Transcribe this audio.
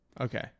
Okay